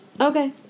Okay